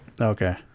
Okay